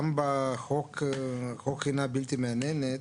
גם בחוק קרינה בלתי מייננת,